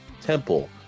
Temple